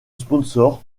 sponsor